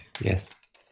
Yes